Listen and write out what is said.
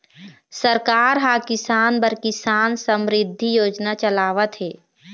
सरकार ह किसान बर किसान समरिद्धि योजना चलावत हे